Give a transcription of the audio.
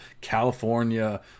California